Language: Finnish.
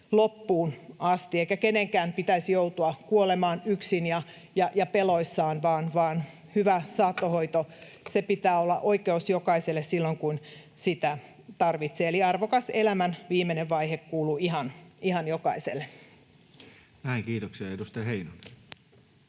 loppuun asti eikä kenenkään pitäisi joutua kuolemaan yksin ja peloissaan, vaan hyvän saattohoidon pitää olla oikeus jokaiselle silloin kun sitä tarvitsee. Arvokas elämän viimeinen vaihe kuuluu ihan jokaiselle. [Speech 126] Speaker: Toinen